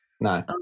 No